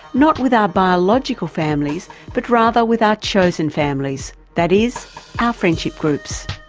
not with our biological families but rather with our chosen families, that is, our friendship groups.